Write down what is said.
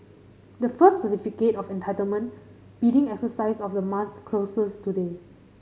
the first Certificate of Entitlement bidding exercise of the month closes today